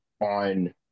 on